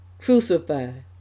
crucified